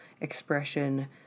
expression